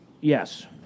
Yes